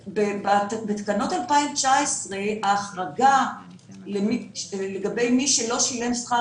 בתקנות 2019 ההחרגה לגבי מי שלא שילם שכר